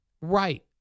Right